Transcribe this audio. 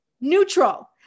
Neutral